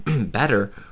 better